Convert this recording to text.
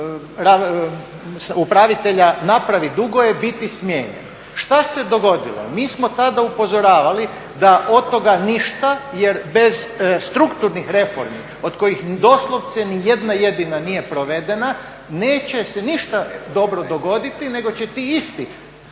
upravitelja napravi dugove biti smijenjen. Šta se dogodilo? Mi smo tada upozoravali da od toga ništa jer bez strukturnih reformi od kojih doslovce ni jedna jedina nije provedena neće se ništa dobro dogoditi nego će ti isti,